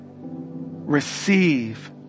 receive